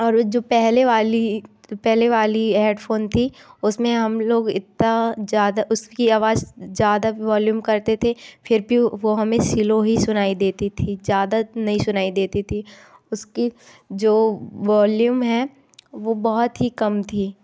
और जो पहले वाली पहले वाली हेडफ़ोन थी उसमें हम लोग इतना ज़्यादा उसकी आवाज़ ज़्यादा वॉल्यूम करते थे फिर भी वह हमें स्लो ही सुनाई देती थी ज़्यादा नहीं सुनाई देती थी उसकी जो वॉल्यूम है वह बहुत ही कम थी